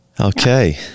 okay